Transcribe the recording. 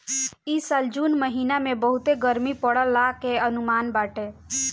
इ साल जून महिना में बहुते गरमी पड़ला के अनुमान बाटे